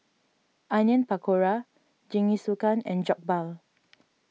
Onion Pakora Jingisukan and Jokbal